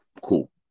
cool